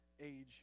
age